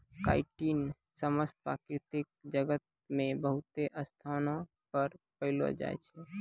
chitin समस्त प्रकृति जगत मे बहुते स्थानो पर पैलो जाय छै